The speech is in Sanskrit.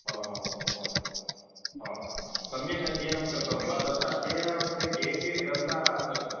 ओहो हो ओहोहो सम्यक् अध्ययनं कृतं वा तत्र अध्ययनावसरे के के ग्रन्थाः आसन्